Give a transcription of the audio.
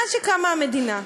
מאז קמה המדינה.